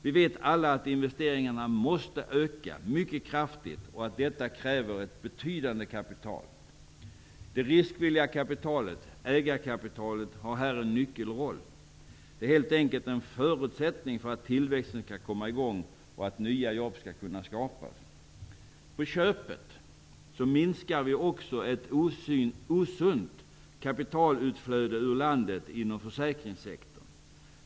Vi vet alla att investeringarna måste öka mycket kraftigt och att detta kräver ett betydande kapital. Det riskvilliga kapitalet, ägarkapitalet, har här en nyckelroll. Det är helt enkelt en förutsättning för att tillväxten skall komma i gång och att nya jobb skall kunna skapas. På köpet minskar vi också ett osunt kapitalutflöde ur landet inom försäkringssektorn.